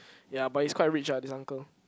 ya but he's quite rich ah this uncle